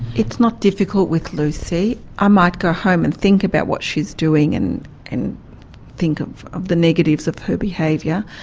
it's not difficult with lucy. i might go home and think about what she's doing and and think of of the negatives of her behaviour,